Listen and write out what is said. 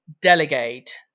delegate